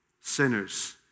sinners